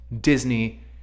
disney